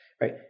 right